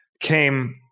came